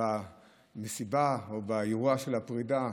במסיבה או באירוע הפרידה.